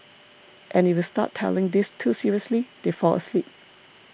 and if you start telling this too seriously they fall asleep